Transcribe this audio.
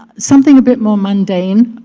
something a bit more mundane.